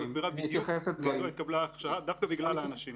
שמסבירה בדיוק מדוע התקבלה --- דווקא בגלל האנשים.